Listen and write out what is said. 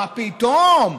מה פתאום?